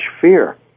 fear